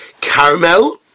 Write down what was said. caramel